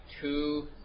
two